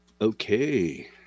Okay